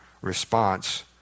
response